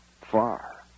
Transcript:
far